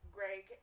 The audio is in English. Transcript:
Greg